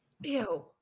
ew